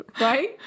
right